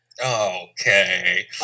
Okay